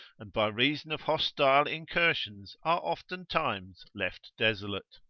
and by reason of hostile incursions are oftentimes left desolate.